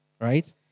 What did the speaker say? right